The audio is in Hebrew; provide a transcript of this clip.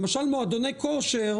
למשל מועדוני כושר,